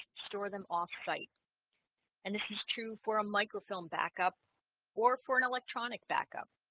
store them off-site and this is true for a microfilm backup or for an electronic backup